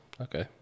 Okay